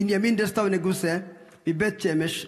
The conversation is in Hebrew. בנימין דסטאו נגוסה מבית שמש,